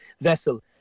vessel